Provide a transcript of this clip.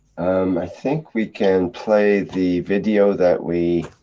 i think we can play the video that we.